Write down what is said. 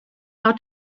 how